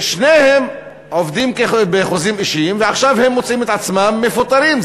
שניהם עובדים בחוזים אישיים ועכשיו הם מוצאים את עצמם מפוטרים,